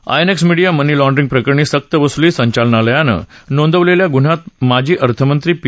INX media money laundering प्रकरणी सक्त वसुली संचालनालयानं नोंदवलेल्या गुन्ह्यात माजी अर्थमंत्री पी